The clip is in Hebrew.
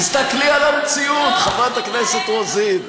תסתכלי על המציאות, חברת הכנסת רוזין.